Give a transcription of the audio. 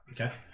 Okay